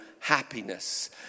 happiness